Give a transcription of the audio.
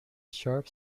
sharp